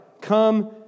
Come